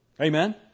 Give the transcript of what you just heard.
Amen